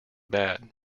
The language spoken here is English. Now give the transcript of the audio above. bad